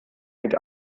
mit